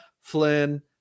Flynn